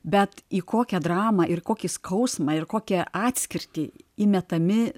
bet į kokią dramą ir kokį skausmą ir kokią atskirtį įmetami